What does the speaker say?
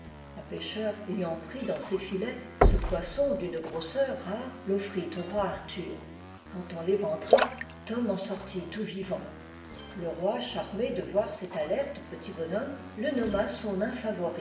un pêcheur ayant pris dans ses filets ce poisson d'une grosseur rare l'offrit au roi arthur quand on l'éventra tom en sortittout vivant le roi charmé de voir cet alerte petit bonhomme le nomma son nain favori